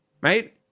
right